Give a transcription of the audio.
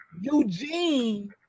Eugene